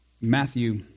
Matthew